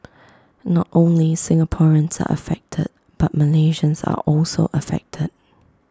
not only Singaporeans are affected but Malaysians are also affected